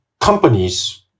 companies